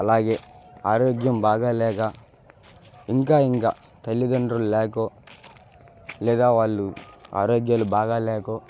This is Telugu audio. అలాగే ఆరోగ్యం బాగాలేక ఇంకా ఇంకా తల్లిదండ్రులు లేకో లేదా వాళ్ళు ఆరోగ్యాలు బాగా లేకో